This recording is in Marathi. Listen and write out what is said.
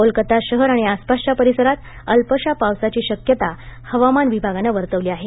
कोलकाता शहर आणि आसपासच्या परिसरांत अल्पशा पावसाची शक्यता हवामान विभागानं वर्तवली आहे